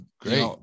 great